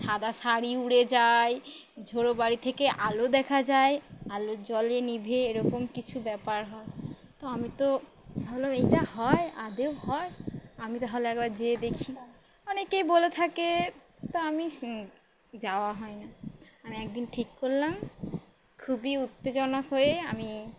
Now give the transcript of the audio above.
সাদা শাড়ি উড়ে যায় ঝোড়ো বাড়ি থেকে আলো দেখা যায় আলো জ্বলে নেভে এরকম কিছু ব্যাপার হয় তো আমি তো হলো এইটা হয় আদৌ হয় আমি তাহলে একবার যেয়ে দেখি অনেকেই বলে থাকে তো আমি সেই যাওয়া হয় না আমি একদিন ঠিক করলাম খুবই উত্তেজনক হয়ে আমি